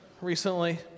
recently